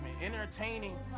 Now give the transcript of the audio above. entertaining